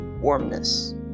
warmness